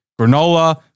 Granola